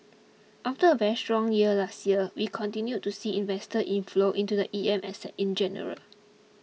after a very strong year last year we continue to see investor inflow into the E M assets in general